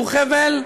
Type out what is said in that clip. שהוא חֶבֶל,